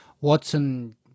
Watson